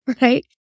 right